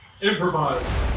Improvise